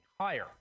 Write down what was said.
higher